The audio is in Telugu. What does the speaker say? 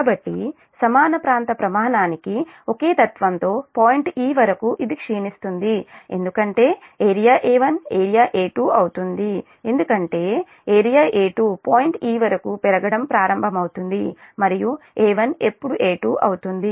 కాబట్టి సమాన ప్రాంత ప్రమాణానికి ఒకే తత్వంతో పాయింట్ 'e' వరకు ఇది క్షీణిస్తుంది ఎందుకంటే ఏరియా A1 ఏరియా A2 అవుతుంది ఎందుకంటే A2 పాయింట్ 'e' వరకు పెరగడం ప్రారంభమవుతుంది మరియు A1 ఎప్పుడు A2 అవుతుంది